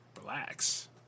Relax